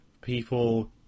people